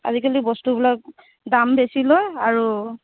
আজিকালি বস্তুবিলাক দাম বেছি লয় আৰু